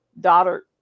daughter